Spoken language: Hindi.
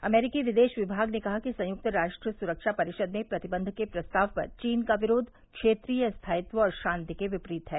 अमरीकी विदेश विमाग ने कहा कि संयुक्त राष्ट्र सुरक्षा परिषद में प्रतिबंध के प्रस्ताव पर चीन का विरोध क्षेत्रीय स्थायित्व और शांति के विपरीत है